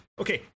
okay